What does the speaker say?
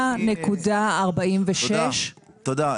234.46. תודה.